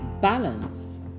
balance